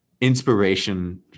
inspiration